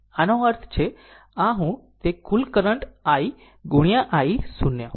આનો અર્થ છે આ હું તે આ કુલ કરંટ i ગુણ્યા i 0